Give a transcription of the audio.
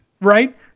Right